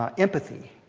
um empathy.